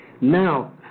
now